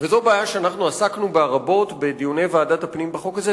וזו בעיה שאנחנו עסקנו בה רבות בדיוני ועדת הפנים בחוק הזה,